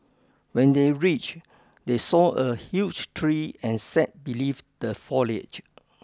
when they reached they saw a huge tree and sat beneath the foliage